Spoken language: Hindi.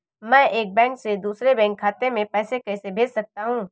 मैं एक बैंक से दूसरे बैंक खाते में पैसे कैसे भेज सकता हूँ?